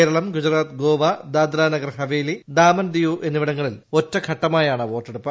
കേരളം ഗുജറാത്ത് ഗോവ ദാദ്രാനഗർ ഹവേലി ദാമൻ ദിയു എന്നിവിടങ്ങളിൽ ഒറ്റഘട്ടമായാണ് വോട്ടെടുപ്പ്